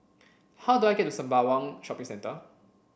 how do I get to Sembawang Shopping Centre